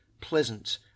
pleasant